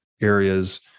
areas